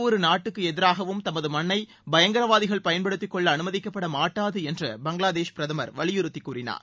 ஒரு நாட்டுக்கு எதிராகவும் தமது மண்ணை பயங்கரவாதிகள் பயன்படுத்திக்கொள்ள எந்த அனுமதிக்கப்படமாட்டாது என்று பங்களாதேஷ் பிரதமர் வலியுறுத்தி கூறினார்